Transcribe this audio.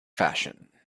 fashion